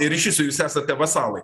ir iš viso jūs esate vasalai